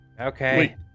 Okay